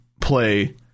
play